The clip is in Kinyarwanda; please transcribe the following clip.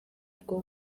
bwo